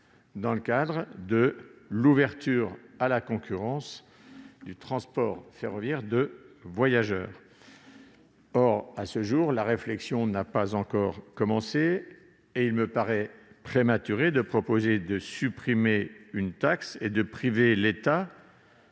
dans le cadre de l'ouverture à la concurrence du transport ferroviaire de voyageurs. La réflexion n'a pas encore commencé et il me paraîtrait prématuré de supprimer ces taxes et de priver ainsi